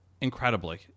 incredibly